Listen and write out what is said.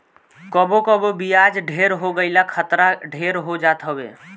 कबो कबो बियाज ढेर हो गईला खतरा ढेर हो जात हवे